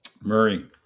Murray